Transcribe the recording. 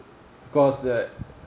cause that